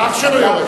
האח שלו יורש.